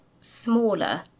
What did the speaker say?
smaller